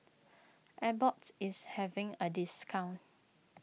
Abbott is having a discount